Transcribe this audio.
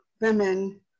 women